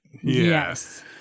Yes